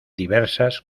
diversas